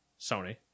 Sony